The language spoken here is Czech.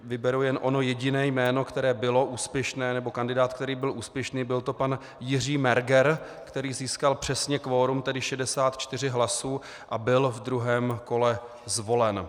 Vyberu jen ono jediné jméno, které bylo úspěšné, kandidát který byl úspěšný byl to pan Jiří Merger, který získal přesně kvorum, tedy 64 hlasy, a byl v druhém kole zvolen.